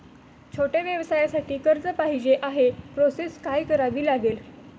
छोट्या व्यवसायासाठी कर्ज पाहिजे आहे प्रोसेस काय करावी लागेल?